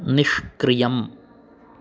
निष्क्रियम्